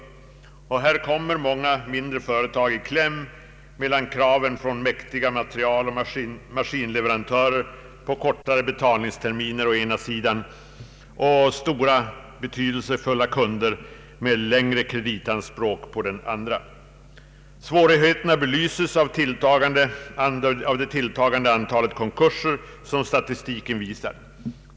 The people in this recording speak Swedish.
Här kommer många mindre företag i kläm mellan kraven från mäktiga materialoch maskinleverantörer på kortare betalningsterminer å ena sidan och stora betydelsefulla kunder med längre kreditanspråk å den andra. Svårigheterna belyses av det tilltagande antalet konkurser som statistiken visar.